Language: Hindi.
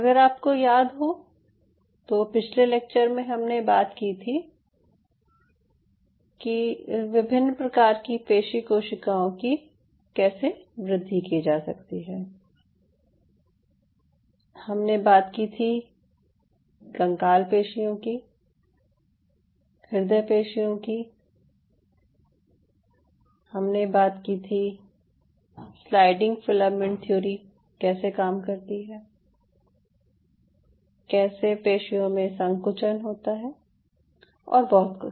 अगर आपको याद हो तो पिछले लेक्चर में हमने बात की थी कि विभिन्न प्रकार की पेशी कोशिकाओं की कैसे वृद्धि की जा सकती है हमने बात की थी कंकाल पेशियों की हृदय पेशियों की हमने बात की थी कि स्लाइडिंग फिलामेंट थ्योरी कैसे काम करती है कैसे पेशियों में संकुचन होता है और बहुत कुछ